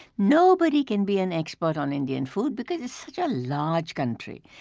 nobody can be an expert on indian food because it's such a large country.